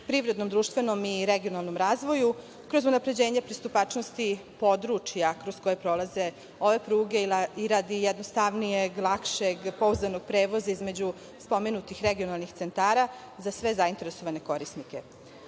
privrednom, društvenom i regionalnom razvoju, kroz unapređenje pristupačnosti područja kroz koje prolaze ove pruge i radi jednostavnijeg, lakšeg, pouzdanog prevoza između spomenutih regionalnih centara za sve zainteresovane korisnike. Razvijanje